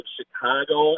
Chicago